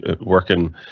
working